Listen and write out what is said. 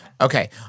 Okay